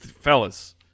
Fellas